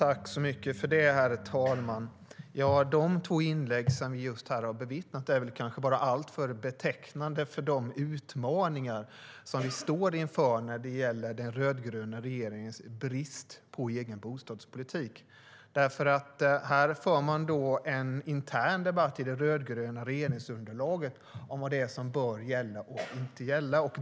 Herr talman! De två inlägg som vi just har hört är kanske bara alltför betecknande för de utmaningar som vi står inför när det gäller den rödgröna regeringens brist på egen bostadspolitik. Här för man en intern debatt i det rödgröna regeringsunderlaget om vad som bör gälla och inte gälla.